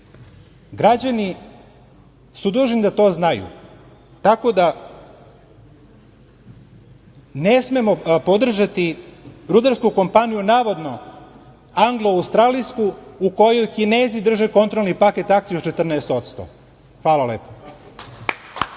Građani su dužni da to znaju, tako da ne smemo podržati rudarsku kompaniju angloaustralijsku u kojoj Kinezi drže kontrolni paket akcija od 14%. Hvala lepo.